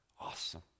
Awesome